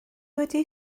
wedi